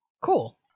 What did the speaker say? cool